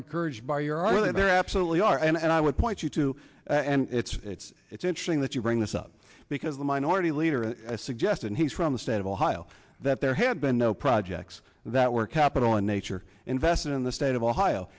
encouraged by your over there absolutely are and i would point you to and it's it's it's interesting that you bring this up because the minority leader suggested he's from the state of ohio that there had been no projects that were capital in nature invested in the state of ohio